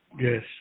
Yes